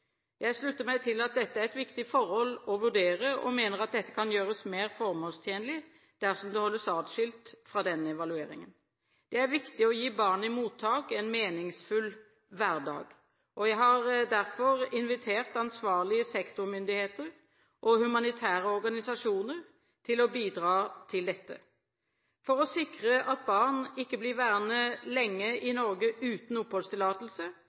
Jeg slutter meg til at dette er et viktig forhold å vurdere, og mener at dette kan gjøres mer formålstjenlig dersom det holdes adskilt fra denne evalueringen. Det er viktig å gi barn i mottak en meningsfull hverdag. Jeg har derfor invitert ansvarlige sektormyndigheter og humanitære organisasjoner til å bidra til dette. For å sikre at barn ikke blir værende lenge i Norge uten oppholdstillatelse,